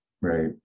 Right